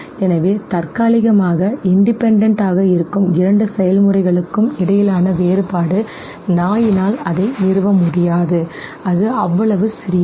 எனவே தற்காலிகமாக சுயாதீனமாக இருக்கும் இரண்டு செயல்முறைகளுக்கும் இடையிலான வேறுபாடு நாயினால் அதை நிறுவ முடியாது அது அவ்வளவு சிறியது